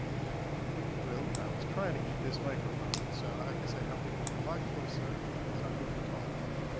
yeah really? i was trying to eat this microphone. so i guess i have to get a lot closer. it's not good for tall people.